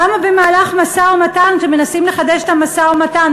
למה במהלך משא-ומתן, כשמנסים לחדש את המשא-ומתן?